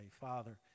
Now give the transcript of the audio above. Father